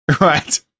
Right